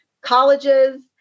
colleges